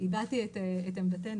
הבעתי את עמדתנו.